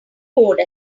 code